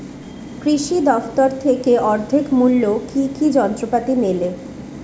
কৃষি দফতর থেকে অর্ধেক মূল্য কি কি যন্ত্রপাতি মেলে?